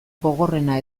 gogorrena